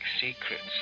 secrets